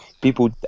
people